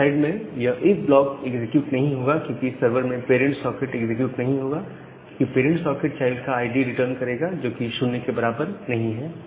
server side में यह if block execute नहीं होगा क्योंकि सर्वर में पेरेंट सॉकेट एग्जीक्यूट नहीं होगा क्योंकि पेरेंट सॉकेट चाइल्ड का आईडी रिटर्न करेगा जोकि 0 के बराबर नहीं है